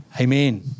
Amen